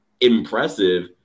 impressive